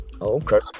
okay